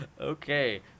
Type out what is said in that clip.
Okay